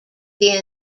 this